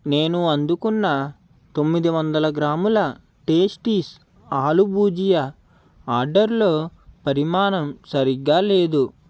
నేను అందుకున్న తొమ్మిదివందల గ్రాముల టేస్టీస్ ఆలూ భూజియా ఆర్డర్లో పరిమాణం సరిగ్గా లేదు